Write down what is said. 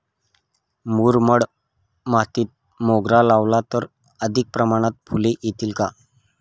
मुरमाड मातीत मोगरा लावला तर अधिक प्रमाणात फूले येतील का?